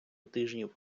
тижнів